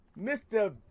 Mr